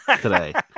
today